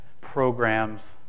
programs